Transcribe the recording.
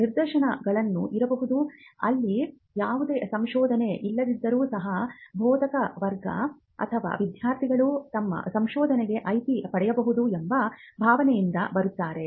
ನಿದರ್ಶನಗಳು ಇರಬಹುದು ಅಲ್ಲಿ ಯಾವುದೇ ಸಂಶೋಧನೆ ಇಲ್ಲದಿದ್ದರೂ ಸಹ ಬೋಧಕವರ್ಗ ಅಥವಾ ವಿದ್ಯಾರ್ಥಿಗಳು ತಮ್ಮ ಸಂಶೋದನೆಗೆ IP ಪಡೆಯಬಹುದು ಎಂಬ ಭಾವನೆಯಿಂದ ಬರುತ್ತಾರೆ